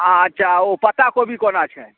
अच्छा ओ पत्ताकोबी कोना छनि